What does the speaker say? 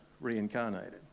reincarnated